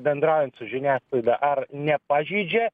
bendraujant su žiniasklaida ar nepažeidžia